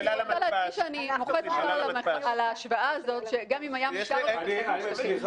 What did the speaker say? אני מוחה על ההשוואה זאת שגם אם היה משטר --- גברתי,